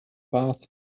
path